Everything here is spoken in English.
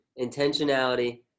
intentionality